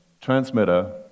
transmitter